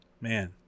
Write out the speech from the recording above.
man